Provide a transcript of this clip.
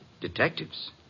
Detectives